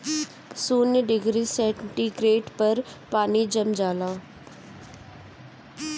शून्य degree centigrade पर पानी जम जाला